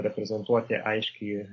reprezentuoti aiškiai